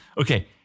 Okay